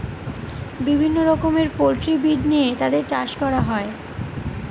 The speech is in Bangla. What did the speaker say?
বিভিন্ন রকমের পোল্ট্রি ব্রিড নিয়ে তাদের চাষ করা হয়